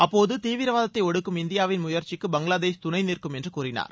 அப்போது தீவிரவாதத்தை ஒடுக்கும் இந்தியாவின் முயற்சிக்கு பங்களாதேஷ் துணைநிற்கும் என்று கூறினார்